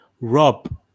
rob